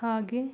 ಹಾಗೆ